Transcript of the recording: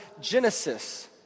Genesis